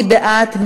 מי בעד?